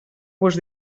vos